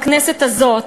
בכנסת הזאת,